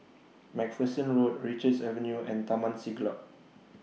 MacPherson Road Richards Avenue and Taman Siglap